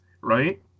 right